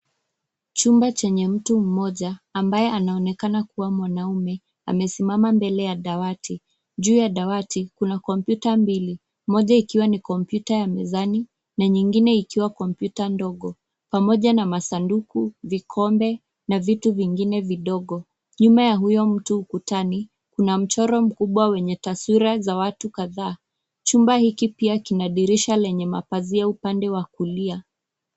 Chumba chenye mtu mmoja ambaye anaonekana kuwa mwanamume amesimama mbele ya dawati. Juu ya dawati kuna kompyuta mbili moja ikiwa ni kompyuta ya mezani na nyingine ikiwa kompyuta ndogo pamoja na masanduku, vikombe na vitu vingine vidogo. Nyuma ya huyo mtu ukutani kuna mchoro mkubwa wenye taswira za watu kadhaa. Chumba hiki pia kina dirisha lenye mapazia upande wa kulia.